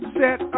set